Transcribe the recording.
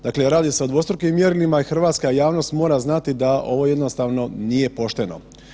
Dakle, radi se o dvostrukim mjerilima i hrvatska javnost mora znati da ovo jednostavno nije pošteno.